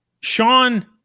Sean